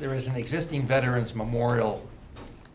there is an existing veterans memorial